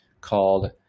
called